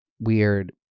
weird